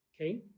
okay